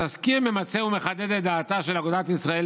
התזכיר ממצה ומחדד את דעתה של אגודת ישראל